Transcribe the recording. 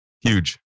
Huge